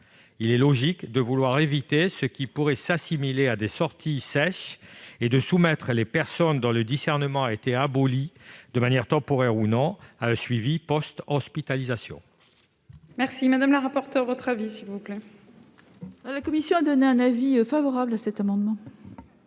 Il est logique de vouloir éviter ce qui pourrait être assimilé à des sorties sèches, et de soumettre les personnes dont le discernement a été aboli, de manière temporaire ou non, à un suivi post-hospitalisation. Quel est l'avis de la commission ? La commission a donné un avis favorable à cet amendement.